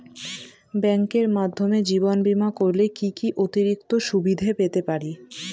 ব্যাংকের মাধ্যমে জীবন বীমা করলে কি কি অতিরিক্ত সুবিধে পেতে পারি?